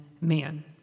man